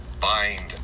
Bind